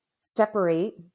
separate